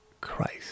Christ